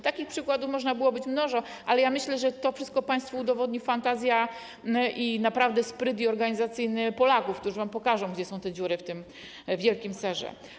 Takich przykładów można byłoby mnożyć, ale myślę, że to wszystko państwu udowodnią fantazja i spryt organizacyjny Polaków, którzy wam pokażą, gdzie są dziury w tym wielkim serze.